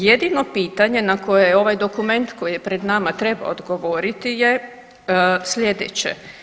Jedino pitanje na koje je ovaj dokument koji je pred nama trebao odgovoriti je slijedeće.